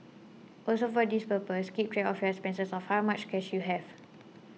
also for this purpose keep track of your expenses of how much cash you have